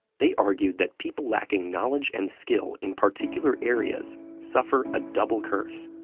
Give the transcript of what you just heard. they argued that people lacking knowledge and skill in particular areas suffer a double curse.